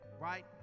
right